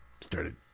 started